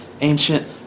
ancient